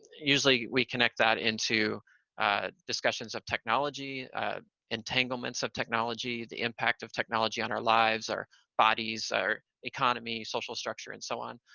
usually we connect that into discussions of technology entanglements of technology the impact of technology on our lives, our bodies, our economy, social structure and so on.